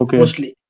mostly